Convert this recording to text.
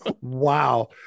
wow